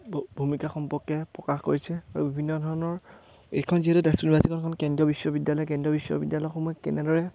ভূমিকা সম্পৰ্কে প্ৰকাশ কৰিছে আৰু বিভিন্ন ধৰণৰ এইখন যিহেতু তেজপুৰ ইউনাভাৰ্চিটিখন এখন কেন্দ্ৰীয় বিশ্ববিদ্যালয় কেন্দ্ৰীয় বিশ্ববিদ্যালয়সমূহে কেনেদৰে